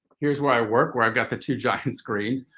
here's where i work, where i've got the two giant screens,